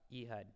Ehud